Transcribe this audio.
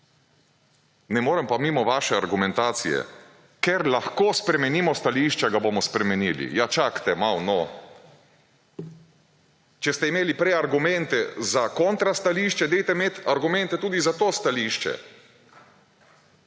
Ne morem pa mimo vaše argumentacije, »ker lahko spremenimo stališče, ga bomo spremenili.« Ja, čakajte malo, no! Če ste imeli prej argumente za kontra stališče, dajte imeti argumente tudi za to stališče!